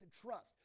trust